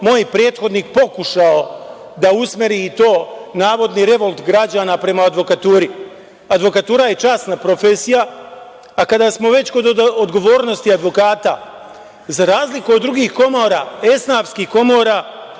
moj prethodnik pokušao da usmeri i to navodni revolt građana prema advokaturi. Advokatura je časna profesija. Kada smo već kod odgovornosti advokata, za razliku od drugih komora, esnafskih komora,